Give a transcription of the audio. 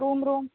room room